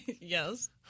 Yes